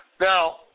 now